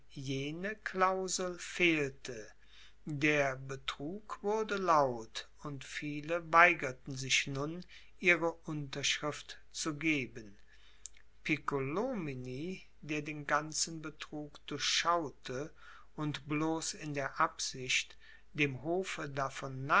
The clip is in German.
jene klausel fehlte der betrug wurde laut und viele weigerten sich nun ihre unterschrift zu geben piccolomini der den ganzen betrug durchschaute und bloß in der absicht dem hofe davon